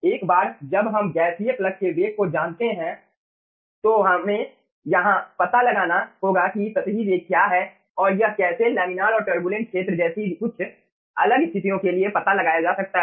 एक बार जब हम गैसीय प्लग के वेग को जानते हैं तो हमें यह पता लगाना होगा कि सतही वेग क्या है और यह कैसे लामिनार और टरबुलेंट क्षेत्र जैसी कुछ अलग स्थितियों के लिए पता लगाया जा सकता है